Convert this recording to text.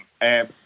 app